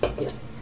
Yes